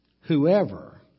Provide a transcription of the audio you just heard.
whoever